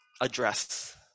address